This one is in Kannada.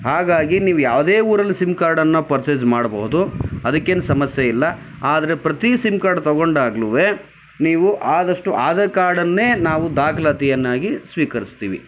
ಹಾಗಾಗಿ ನೀವು ಯಾವುದೇ ಊರಲ್ಲಿ ಸಿಮ್ ಕಾರ್ಡನ್ನು ಪರ್ಚೆಸ್ ಮಾಡಬಹುದು ಅದಕ್ಕೇನು ಸಮಸ್ಯೆ ಇಲ್ಲ ಆದರೆ ಪ್ರತೀ ಸಿಮ್ ಕಾರ್ಡ್ ತಗೊಂಡಾಗ್ಲು ನೀವು ಆದಷ್ಟು ಆಧಾರ್ ಕಾರ್ಡನ್ನೇ ನಾವು ದಾಖಲಾತಿಯನ್ನಾಗಿ ಸ್ವೀಕರಿಸ್ತೀವಿ